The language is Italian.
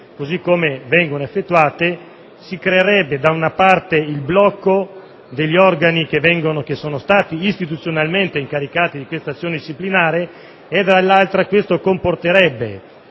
nei confronti di magistrati si creerebbe da una parte il blocco degli organi che sono stati istituzionalmente incaricati di questa azione disciplinare e, dall'altra, questo carico